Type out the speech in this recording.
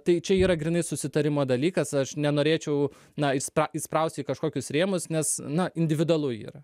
tai čia yra grynai susitarimo dalykas aš nenorėčiau na įspa įsprausti į kažkokius rėmus nes na individualu yra